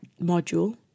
module